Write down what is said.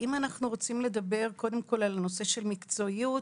ואם אנחנו רוצים לדבר קודם כל על נושא של מקצועיות,